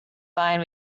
find